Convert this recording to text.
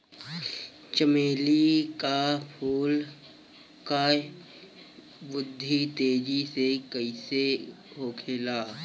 चमेली क फूल क वृद्धि तेजी से कईसे होखेला?